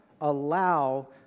allow